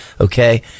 Okay